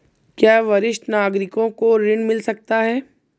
क्या वरिष्ठ नागरिकों को ऋण मिल सकता है?